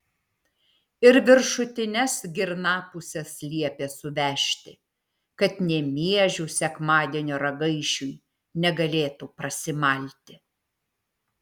ir viršutines girnapuses liepė suvežti kad nė miežių sekmadienio ragaišiui negalėtų prasimalti